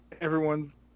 everyone's